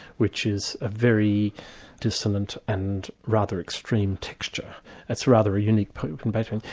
which is a very dissonant and rather extreme texture it's rather unique from beethoven.